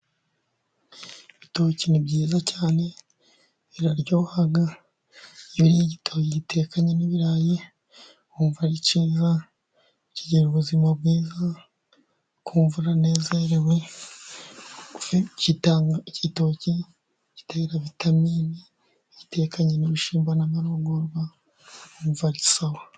Ibitoki ni byiza cyane biraryoha iyo igitabo gitekanye n'ibirayi wumva ari cyiza cyigira ubuzima bwiza, ukumva uranezerewe igitoki gitera vitamini iyo ugitekanye n'ibishyimbo n'amamininwa wumva ari sawa.